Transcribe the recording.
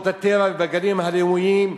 בשמורות הטבע ובגנים הלאומיים